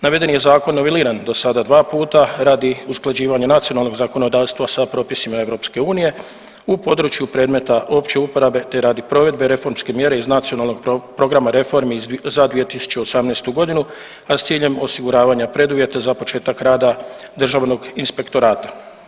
Navedeni je zakon noveliran dosada 2 puta radi usklađivanja nacionalnog zakonodavstva sa propisima EU u području predmeta opće uporabe te radi provedbe reformske mjere iz Nacionalnog programa reformi za 2018. godinu, a s ciljem osiguravanja preduvjeta za početak rada Državnog inspektorata.